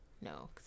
No